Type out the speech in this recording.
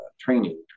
training